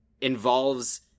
involves